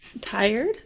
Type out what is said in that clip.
Tired